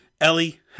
Ellie